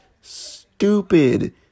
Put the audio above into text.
stupid